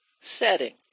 setting